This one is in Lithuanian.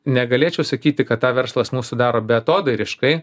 negalėčiau sakyti kad tą verslas mūsų daro beatodairiškai